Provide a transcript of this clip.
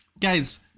guys